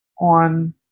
on